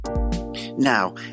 Now